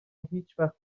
هیچوقت